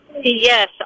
Yes